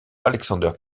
alexander